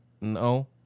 no